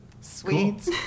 Sweet